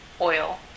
oil